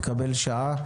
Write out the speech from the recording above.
תקבל שעה,